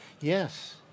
Yes